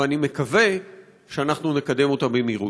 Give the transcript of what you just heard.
ואני מקווה שאנחנו נקדם אותה במהירות.